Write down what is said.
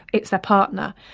it's the partner.